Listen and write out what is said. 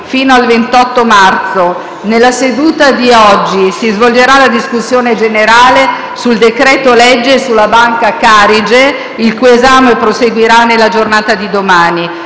fino al 28 marzo. Nella seduta di oggi si svolgerà la discussione generale sul decreto-legge sulla Banca Carige, il cui esame proseguirà nella giornata di domani.